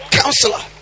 counselor